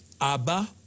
Abba